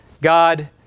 God